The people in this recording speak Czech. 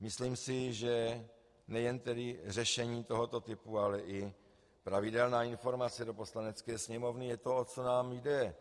Myslím si, že nejen řešení tohoto typu, ale i pravidelná informace do Poslanecké sněmovny je to, o co nám jde.